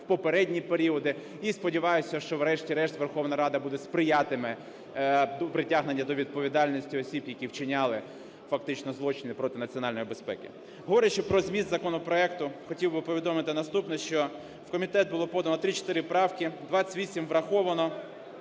в попередні періоди, і сподіваюсь, що врешті-решт Верховна Рада сприятиме притягненню до відповідальності осіб, які вчиняли, фактично, злочини проти національної безпеки. Говорячи про зміст законопроекту, хотів би повідомити наступне, що в комітет було подано 34 правки, 28 враховано,